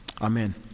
Amen